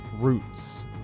roots